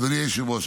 אדוני היושב-ראש,